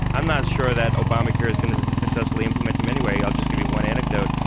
i'm not sure that obamacare is going to successfully implement them anyway. i'll just give you one anecdote.